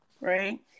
Right